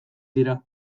dira